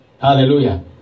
Hallelujah